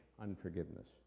unforgiveness